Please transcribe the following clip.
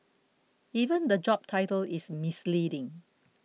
even the job title is misleading